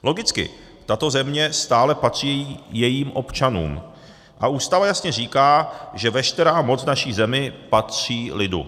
Logicky tato země stále patří jejím občanům a Ústava jasně říká, že veškerá moc v naší zemi patří lidu.